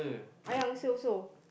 I answer also